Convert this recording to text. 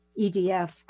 EDF